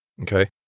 Okay